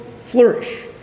flourish